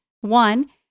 One